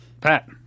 Pat